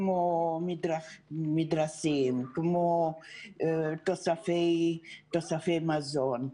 כמו מדרסים ותוספי מזון.